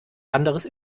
anderes